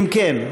אם כן,